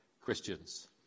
Christians